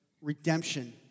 redemption